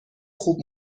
خوب